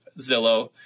zillow